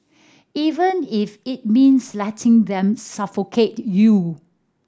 even if it means letting them suffocate you